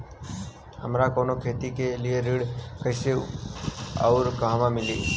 हमरा कवनो खेती के लिये ऋण कइसे अउर कहवा मिली?